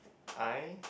I